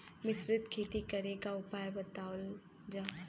मिश्रित खेती करे क उपाय बतावल जा?